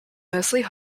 mostly